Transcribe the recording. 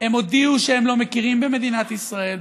הם הודיעו שהם לא מכירים במדינת ישראל,